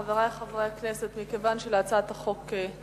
חברי חברי הכנסת, מכיוון שאין